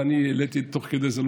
אני העליתי תוך כדי,